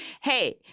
Hey